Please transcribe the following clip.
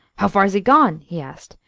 how far's he gone? he asked.